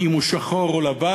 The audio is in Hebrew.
אם הוא שחור או לבן,